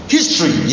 History